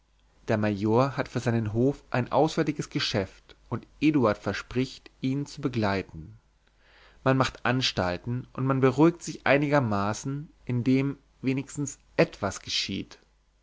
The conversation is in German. der major hat für seinen hof ein auswärtiges geschäft und eduard verspricht ihn zu begleiten man macht anstalten und man beruhigt sich einigermaßen indem wenigstens etwas geschieht